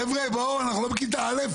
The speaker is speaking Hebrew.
חבר'ה, בואו, אנחנו לא בכיתה א'.